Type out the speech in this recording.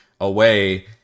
away